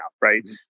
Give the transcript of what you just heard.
right